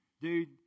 dude